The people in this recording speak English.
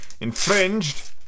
infringed